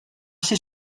ser